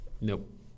Nope